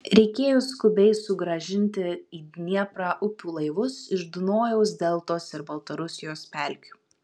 reikėjo skubiai sugrąžinti į dnieprą upių laivus iš dunojaus deltos ir baltarusijos pelkių